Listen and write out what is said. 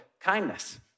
kindness